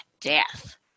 death